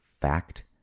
fact